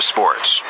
Sports